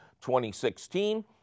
2016